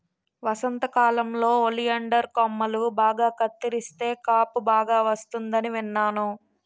వసంతకాలంలో ఒలియండర్ కొమ్మలు బాగా కత్తిరిస్తే కాపు బాగా వస్తుందని విన్నాను